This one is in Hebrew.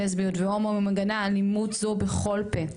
לסביות והומואים ומגנה אלימות זו בכל פה,